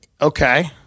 Okay